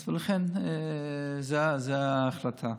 אז לכן, זו ההחלטה.